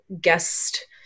guest